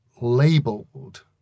labeled